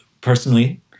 personally